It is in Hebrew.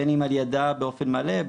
בין אם על ידה באופן מלא,